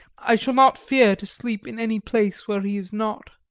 i shall not fear to sleep in any place where he is not.